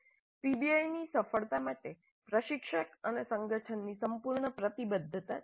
પીબીઆઈની સફળતા માટે પ્રશિક્ષક અને સંગઠનની સંપૂર્ણ પ્રતિબદ્ધતા જરૂરી છે